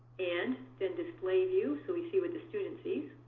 and then display view so we see what the student sees.